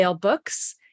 Books